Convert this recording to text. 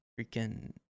freaking